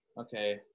okay